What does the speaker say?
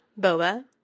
boba